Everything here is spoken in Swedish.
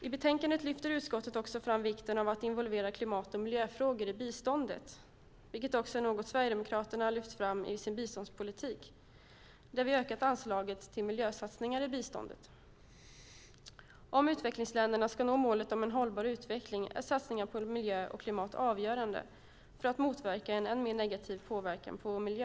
I betänkandet lyfter utskottet också fram vikten av att involvera klimat och miljöfrågor i biståndet, vilket också är något som Sverigedemokraterna lyft fram i sin biståndspolitik där vi ökat anslaget till miljösatsningar i biståndet. Om utvecklingsländerna ska nå målet om en hållbar utveckling är satsningar på miljö och klimat avgörande för att motverka en än mer negativ påverkan på vår miljö.